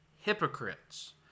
Hypocrites